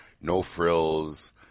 no-frills